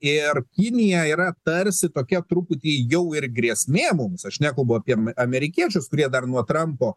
ir kinija yra tarsi tokia truputį jau ir grėsmė mums aš nekalbu apie amerikiečius kurie dar nuo trampo